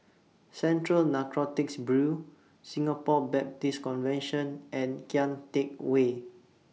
Central Narcotics Bureau Singapore Baptist Convention and Kian Teck Way